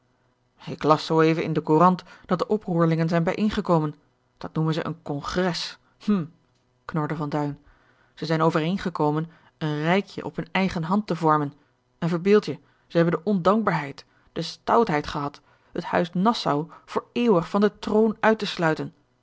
ik las zoo even in de courant dat de oproerlingen zijn bijeengekomen dat noemen zij een congres hm knorde van duin zij zijn overeengekomen een rijkje op hun eigen hand te vormen en verbeeld je zij hebben de ondankbaarheid de stoutheid gehad het huis nassau voor eeuwig van den troon uit te sluiten